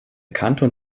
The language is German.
kanton